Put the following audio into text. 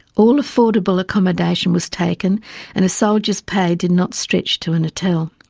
all affordable accommodation was taken and a soldier's pay did not stretch to an hotel.